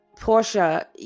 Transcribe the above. Portia